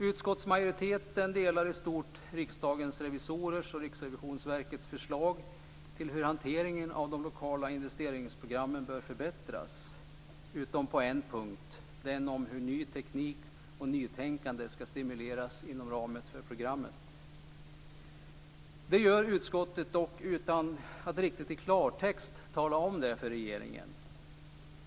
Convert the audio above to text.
Utskottsmajoriteten delar i stort Riksdagens revisorers och Riksrevisionsverkets förslag till hur hanteringen av de lokala investeringsprogrammen bör förbättras utom på en punkt, den om hur ny teknik och nytänkande ska stimuleras inom ramen för programmet. Utskottet gör det dock utan att riktigt i klartext tala om det för regeringen.